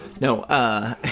No